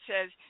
says